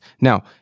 Now